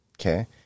Okay